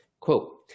Quote